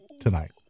tonight